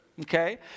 okay